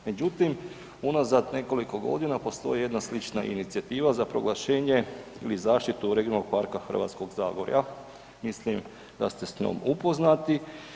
Međutim, unazad nekoliko godina postoji jedna slična inicijativa za proglašenje ili zaštitu Regionalnog parka Hrvatskog zagorja, mislim da ste s njom upoznati.